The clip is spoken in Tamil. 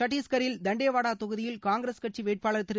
சத்திஷ்கரில் தந்துவாடா தொகுதியில் காங்கிரஸ் கட்சி வேட்பாளர் திரு